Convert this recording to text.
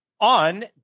on